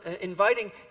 inviting